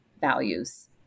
values